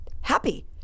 happy